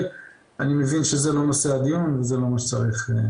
אני מבין שזה לא נושא הדיון וזה לא מה שצריך.